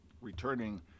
returning